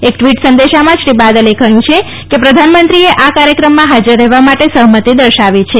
એક ટીવટ સંદેશામાં શ્રી બાદલે કહ્યું છે કે પ્રધાનમંત્રીએ આ કાર્યક્રમમાં હાજર રહેવા માટે સહમતી દર્શાવી છે